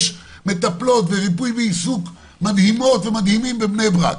יש מטפלות וריפוי בעיסוק מדהימות ומדהימים בבני-ברק.